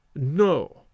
No